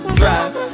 drive